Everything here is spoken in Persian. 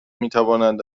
میتوانند